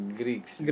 greeks